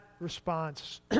response